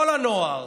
כל הנוער,